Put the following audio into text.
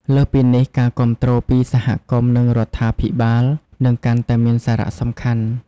លើសពីនេះ ការគាំទ្រពីសហគមន៍ និងរដ្ឋាភិបាល នឹងកាន់តែមានសារៈសំខាន់។